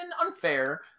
unfair